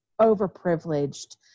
overprivileged